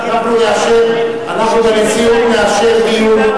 64 67,